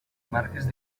marques